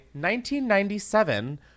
1997